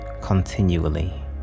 continually